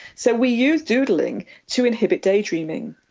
so we use doodling to inhibit daydreaming.